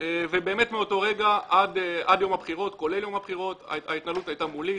באמת מאותו רגע עד יום הבחירות כולל יום הבחירות ההתנהלות הייתה מולי,